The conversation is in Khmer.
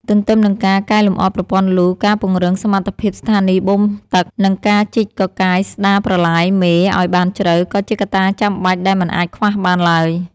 ទន្ទឹមនឹងការកែលម្អប្រព័ន្ធលូ ការពង្រឹងសមត្ថភាពស្ថានីយបូមទឹក និងការជីកកកាយស្តារប្រឡាយមេឱ្យបានជ្រៅ ក៏ជាកត្តាចាំបាច់ដែលមិនអាចខ្វះបានឡើយ។